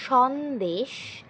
Sandesh